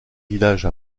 village